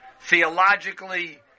theologically